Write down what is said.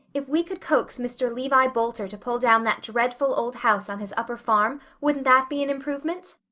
if we could coax mr. levi boulter to pull down that dreadful old house on his upper farm wouldn't that be an improvement?